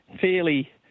fairly